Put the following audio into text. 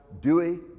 Dewey